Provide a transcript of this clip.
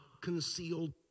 concealed